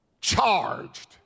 charged